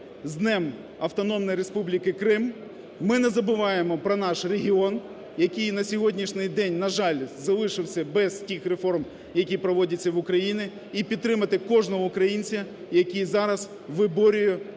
з Днем Автономної Республіки Крим. Ми не забуваємо про наш регіон, який на сьогоднішній день, на жаль, залишився без тих реформ, які проводяться в Україні. І підтримати кожного українця, який зараз виборює